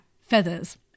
feathers